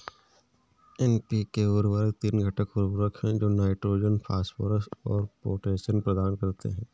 NPK उर्वरक तीन घटक उर्वरक हैं जो नाइट्रोजन, फास्फोरस और पोटेशियम प्रदान करते हैं